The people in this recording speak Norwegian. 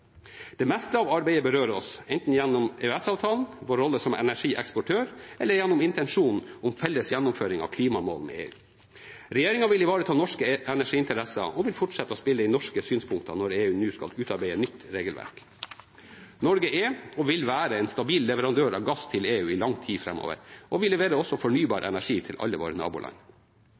Det meste av arbeidet berører oss, enten gjennom EØS-avtalen, gjennom vår rolle som energieksportør, eller gjennom intensjonen om felles gjennomføring av klimamål med EU. Regjeringen vil ivareta norske energiinteresser og vil fortsette å spille inn norske synspunkter når EU nå skal utarbeide nytt regelverk. Norge er og vil være en stabil leverandør av gass til EU i lang tid framover, og vi leverer også fornybar energi til alle våre naboland.